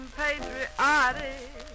patriotic